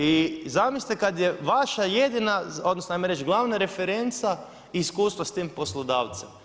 I zamislite kad je vaša jedina, odnosno, ajmo reć glavna referenca iskustava s tim poslodavcem.